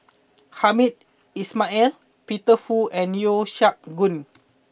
Hamed Ismail and Peter Fu and Yeo Siak Goon